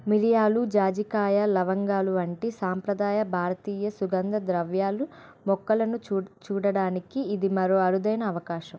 మిరియాలు జాజికాయ లవంగాలు వంటి సాంప్రదాయ భారతీయ సుగంధ ద్రవ్యాలు మొక్కలను చూడడానికి ఇది మరో అరుదైన అవకాశం